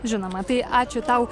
žinoma tai ačiū tau